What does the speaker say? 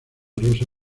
rosa